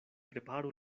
preparu